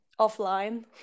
offline